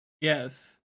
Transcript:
Yes